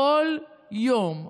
כל יום,